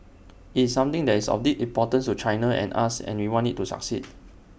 IT is something that is of deep importance to China and us and we want IT to succeed